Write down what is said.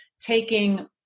taking